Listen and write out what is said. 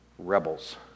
Rebels